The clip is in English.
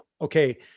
okay